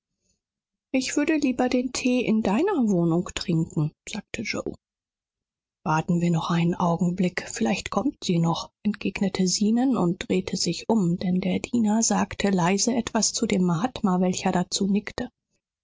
ich würde lieber den tee in deiner wohnung trinken sagte yoe warten wir noch einen augenblick vielleicht kommt sie noch entgegnete zenon und drehte sich um denn der diener sagte leise etwas zu dem mahatma welcher dazu nickte